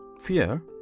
fear